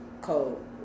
cold